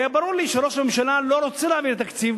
היה ברור לי שראש הממשלה לא רוצה להעביר תקציב.